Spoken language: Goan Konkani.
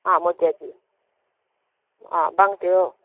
आं मोतियाची आं भांगतीळो